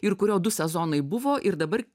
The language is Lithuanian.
ir kurio du sezonai buvo ir dabar